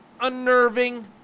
unnerving